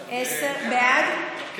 בעד,